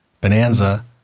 Bonanza